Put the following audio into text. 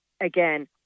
again